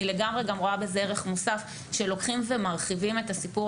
אני לגמרי רואה בזה ערך מוסף שלוקחים ומרחיבים את הסיפור